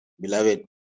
Beloved